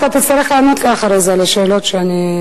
אתה תצטרך לענות לי אחרי זה על השאלות שאני,